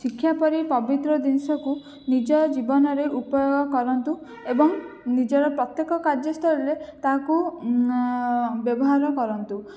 ଶିକ୍ଷା ପରି ପବିତ୍ର ଜିନିଷକୁ ନିଜ ଜୀବନରେ ଉପଯୋଗ କରନ୍ତୁ ଏବଂ ନିଜର ପ୍ରତ୍ୟେକ କାର୍ଯ୍ୟସ୍ତରରେ ତାହାକୁ ବ୍ୟବହାର କରନ୍ତୁ